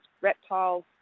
reptiles